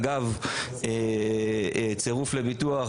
אגב צירוף לביטוח,